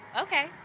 okay